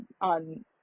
on